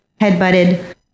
headbutted